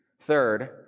Third